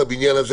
לבניין הזה,